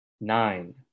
Nine